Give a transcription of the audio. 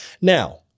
Now